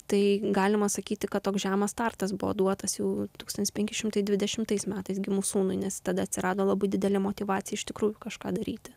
tai galima sakyti kad toks žemas startas buvo duotas jau tūkstantis penki šimtai dvidešimtais metais gimus sūnui nes tada atsirado labai didelė motyvacija iš tikrųjų kažką daryti